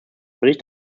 bericht